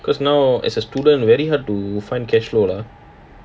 because now as a student very hard to find cash flow lah